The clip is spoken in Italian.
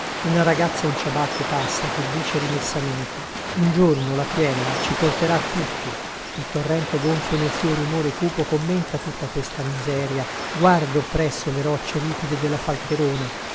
una ragazza in ciabatte passa che dice rimessamente un giorno la piena ci porterà tutti il torrente gonfio nel suo rumore cupo commenta tutta questa miseria guardo oppresso le roccie ripide della falterona